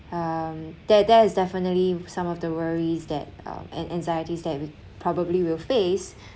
um there there is definitely some of the worries that uh and anxieties that we probably will face